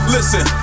Listen